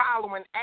following